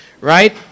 Right